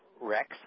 Rex